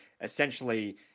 essentially